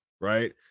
right